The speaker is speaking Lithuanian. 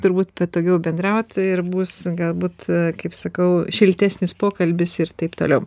turbūt patogiau bendraut ir bus galbūt kaip sakau šiltesnis pokalbis ir taip toliau